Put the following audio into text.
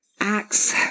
Acts